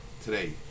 today